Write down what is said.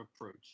approach